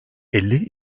elli